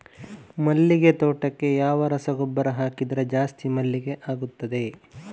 ಮಲ್ಲಿಗೆ ತೋಟಕ್ಕೆ ಯಾವ ರಸಗೊಬ್ಬರ ಹಾಕಿದರೆ ಜಾಸ್ತಿ ಮಲ್ಲಿಗೆ ಆಗುತ್ತದೆ?